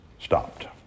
stopped